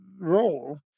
role